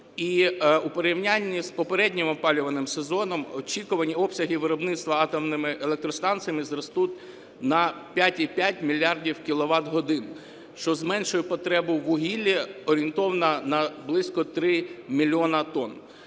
в порівнянні з попереднім опалювальним сезоном очікувані обсяги виробництва атомними електростанціями зростуть на 5,5 мільярда кіловат-годин, що зменшує потребу у вугіллі орієнтовно на близько 3 мільйони тонн.